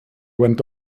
went